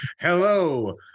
Hello